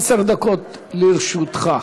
עשר דקות לרשותך.